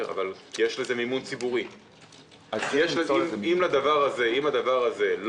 על זה אין ויכוח.